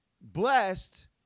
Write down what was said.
Blessed